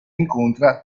incontra